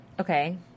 Okay